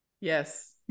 Yes